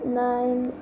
nine